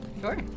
Sure